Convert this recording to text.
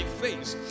face